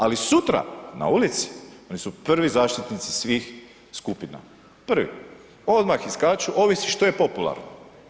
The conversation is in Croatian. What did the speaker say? Ali sutra na ulici oni su prvi zaštitnici svih skupina, prvi odmah iskaču ovisi što je popularno.